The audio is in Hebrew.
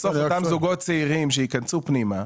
בסוף אותם זוגות צעירים שייכנסו פנימה,